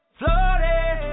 floating